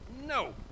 No